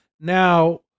Now